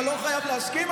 אתה לא חייב להסכים,